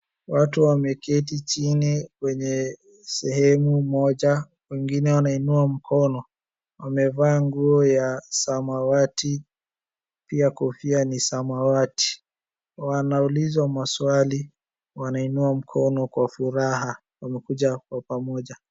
Watu wameketi chini kwenye sehemu moja, wengine wanainua mkono. Wamevaa nguo ya samawati pia kofia ni samawati. Wanaulizwa maswali, wanainua mkono kwa furaha. Wamekuja kwa pamoja.